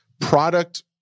product